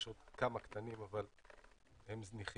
יש עוד כמה קטנים, אבל הם זניחים.